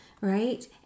right